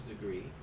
degree